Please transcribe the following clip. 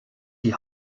die